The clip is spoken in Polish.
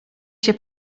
się